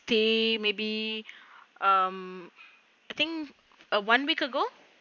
stay maybe um I think uh one week ago